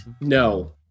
No